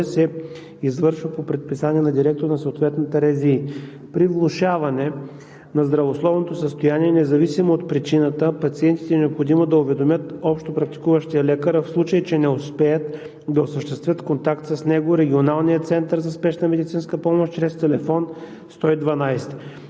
се извършва по предписание на директора на съответната РЗИ. При влошаване на здравословното състояние независимо от причината пациентите е необходимо да уведомят общопрактикуващия лекар, а в случай че не успеят да осъществят контакт с него, с регионалния център за спешна медицинска помощ чрез тел. 112.